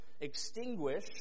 extinguish